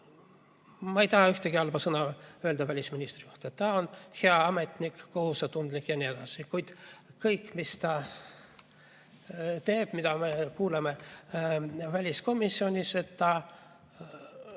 Ma ei taha ühtegi halba sõna öelda välisministri kohta. Ta on hea ametnik, kohusetundlik jne, kuid kõik, mis ta teeb, mida me kuuleme väliskomisjonis: ta